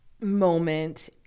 moment